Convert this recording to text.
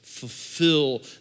Fulfill